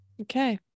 okay